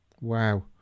Wow